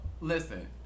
Listen